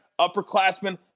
upperclassmen